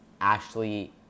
Ashley